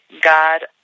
God